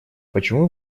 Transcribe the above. почему